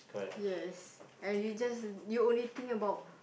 yes and you just you only think about